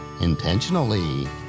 intentionally